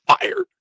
fired